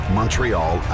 Montreal